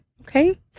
okay